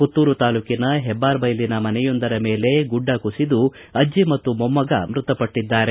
ಪುತ್ತೂರು ತಾಲೂಕಿನ ಹೆಬ್ಬಾರಬೈಲಿನ ಮನೆಯೊಂದರ ಮೇಲೆ ಗುಡ್ಡ ಕುಸಿದು ಅಜ್ಜಿ ಮತ್ತು ಮೊಮ್ಮಗ ಮೃತ ಪಟ್ಟದ್ದಾರೆ